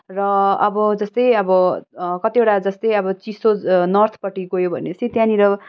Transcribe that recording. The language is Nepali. र अब जस्तै अब कतिवटा जस्तै अब चिसो नर्थपट्टि गयो भनेपछि त्यहाँनिर